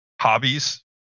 hobbies